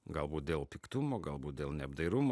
galbūt dėl piktumo galbūt dėl neapdairumo